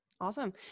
Awesome